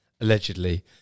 Allegedly